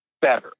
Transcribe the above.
better